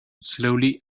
slowly